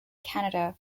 canada